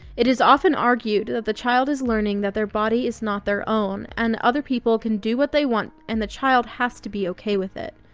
it is often argued that the child is learning that their body is not their own and other people can do what they want and the child has to be okay with it,